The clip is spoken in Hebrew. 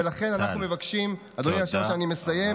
ולכן אנחנו מבקשים, אדוני, עכשיו אני מסיים,